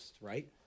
right